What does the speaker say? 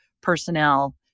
personnel